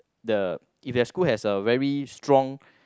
the if that school has a very strong